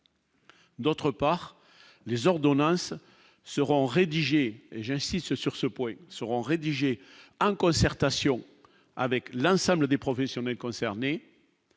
D'autre part, les ordonnances seront rédigés et j'insiste sur ce point, seront rédigés en concertation avec la simple des professionnels concernés.